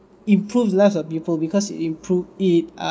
improves less of people because it improve it ah